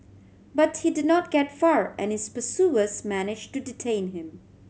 but he did not get far and his pursuers manage to detain him